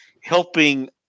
helping